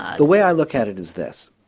the way i look at it is this,